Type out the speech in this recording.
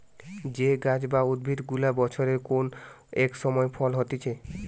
যে গাছ বা উদ্ভিদ গুলা বছরের কোন এক সময় ফল হতিছে